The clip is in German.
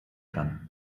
kann